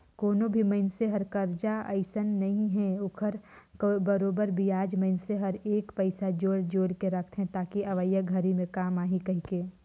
कोनो भी मइनसे हर करजा अइसने नइ हे ओखर बरोबर बियाज मइनसे हर एक एक पइसा जोयड़ जोयड़ के रखथे ताकि अवइया घरी मे काम आही कहीके